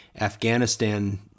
Afghanistan